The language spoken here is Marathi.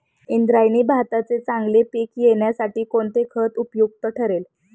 इंद्रायणी भाताचे चांगले पीक येण्यासाठी कोणते खत उपयुक्त ठरेल?